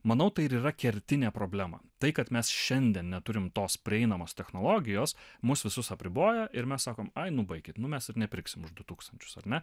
manau tai ir yra kertinė problema tai kad mes šiandien neturim tos prieinamos technologijos mus visus apriboja ir mes sakom ai nu baikit nu mes nepirksim už du tūkstančius ar ne